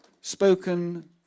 spoken